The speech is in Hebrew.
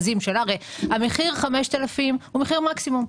המחיר 5,000 היה מחיר מקסימום,